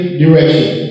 direction